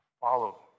follow